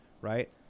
Right